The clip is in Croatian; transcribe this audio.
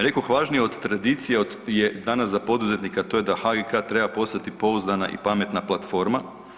Rekoh važnije od tradicije je danas za poduzetnika, to je da HGK treba postati pouzdana i pametna platforma.